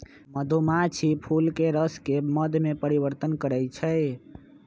मधुमाछी फूलके रसके मध में परिवर्तन करछइ